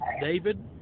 David